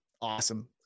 awesome